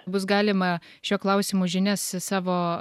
bus galima šiuo klausimu žinias savo